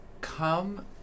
Come